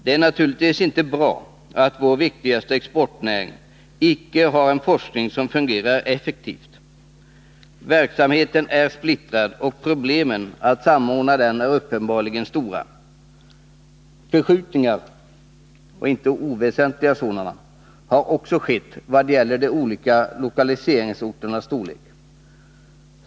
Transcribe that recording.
Det är naturligtvis inte bra att vår viktigaste exportnäring icke har en forskning som fungerar effektivt. Verksamheten är splittrad, och problemen med att samordna den är uppenbarligen stora. Förskjutningar, icke oväsentliga sådana, har också skett vad gäller de olika lokaliseringsorternas storlek.